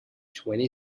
twenty